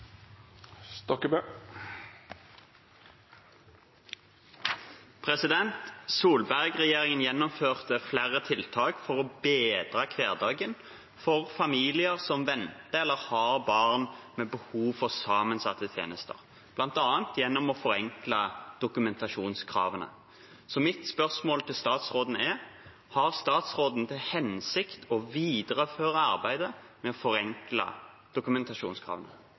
gjennomførte flere tiltak for å gjøre hverdagen enklere for familier som venter eller har barn med behov for sammensatte tjenester, blant annet gjennom å forenkle dokumentasjonskravene. Har statsråden til hensikt å videreføre arbeidet med å forenkle dokumentasjonskravene?»